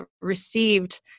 received